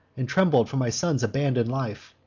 and trembled for my son's abandon'd life.